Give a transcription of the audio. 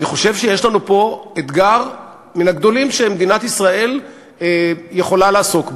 אני חושב שיש לנו פה אתגר מן הגדולים שמדינת ישראל יכולה לעסוק בהם.